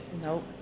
Nope